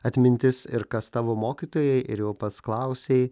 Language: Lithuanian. atmintis ir kas tavo mokytojai ir jau pats klausei